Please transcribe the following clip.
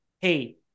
Hey